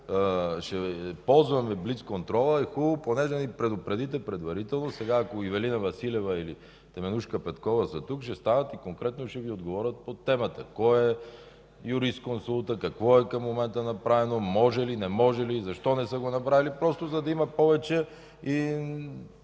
ще ползваме блицконтрола, хубаво е поне да ни предупредите предварително. Сега ако Ивелина Василева или Теменужка Петкова са тук, ще станат и конкретно ще Ви отговорят по темата кой е юрисконсултът, какво към момента е направено, може ли, не може ли, защо не са го направили, за да има повече...